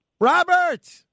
Robert